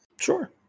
Sure